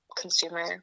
consumer